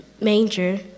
manger